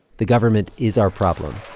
the government is our problem.